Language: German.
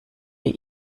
wie